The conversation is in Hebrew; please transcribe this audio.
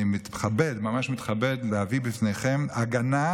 אני מתכבד, ממש מתכבד להביא בפניכם הצעת